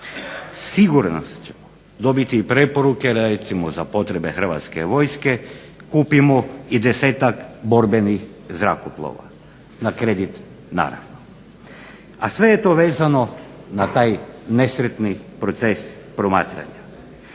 Sigurno ćemo dobiti preporuke da recimo za potrebe Hrvatske vojske kupimo i 10-ak borbenih zrakoplova na kredit naravno. A sve je to vezano na taj nesretni proces promatranja.